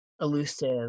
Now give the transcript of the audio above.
elusive